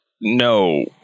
no